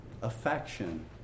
Affection